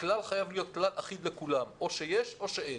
הכלל חייב להיות כלל אחיד לכולם, או שיש או שאין.